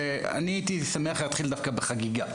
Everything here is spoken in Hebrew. אני רוצה להגיד שאני הייתי שמח להתחיל דווקא בחגיגה.